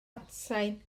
atsain